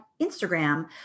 Instagram